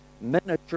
miniature